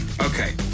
Okay